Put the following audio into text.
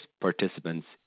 participants